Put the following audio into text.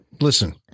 listen